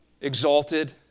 exalted